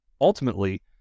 ultimately